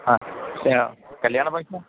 ആ കല്യാണ ഫങ്ക്ഷൻ